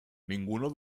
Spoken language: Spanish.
ninguno